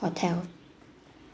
hotel